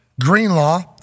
Greenlaw